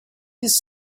his